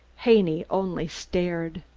haney only stared.